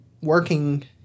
working